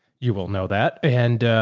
you will know that. and,